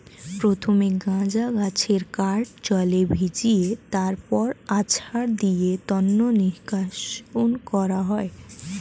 প্রথমে গাঁজা গাছের কান্ড জলে ভিজিয়ে তারপর আছাড় দিয়ে তন্তু নিষ্কাশণ করা হয়